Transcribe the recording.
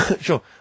Sure